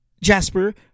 Jasper